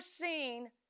seen